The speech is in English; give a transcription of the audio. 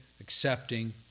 accepting